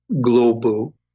global